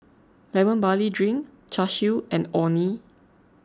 Lemon Barley Drink Char Siu and Orh Nee